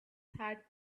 had